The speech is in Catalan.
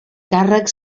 càrrec